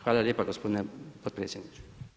Hvala lijepa gospodine potpredsjedniče.